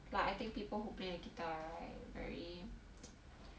like I think people who play the guitar right very